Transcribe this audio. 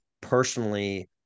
personally